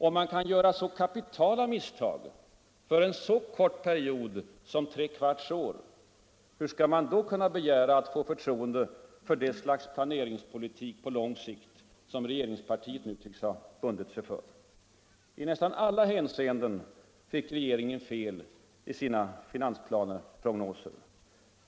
Om man kan göra så kapitala misstag för en så kort period som tre kvarts år, hur skall man då kunna begära att få förtroende för det slags planeringspolitik på lång sikt som regeringspartiet nu tycks ha bundit sig för? I nästan alla hänseenden fick regeringen fel i sina finansplaneprognoser.